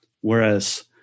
Whereas